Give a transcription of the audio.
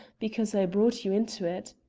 because i brought you into it.